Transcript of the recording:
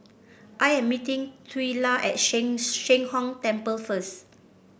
I am meeting Twila at Sheng Sheng Hong Temple first